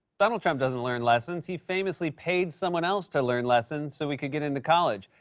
donald trump doesn't learn lessons. he famously paid someone else to learn lessons so he could get into college.